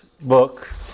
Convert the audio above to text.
book